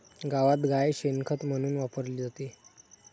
गावात गाय शेण खत म्हणून वापरली जाते